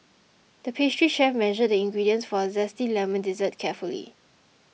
the pastry chef measured the ingredients for a Zesty Lemon Dessert carefully